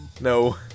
No